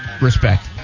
respect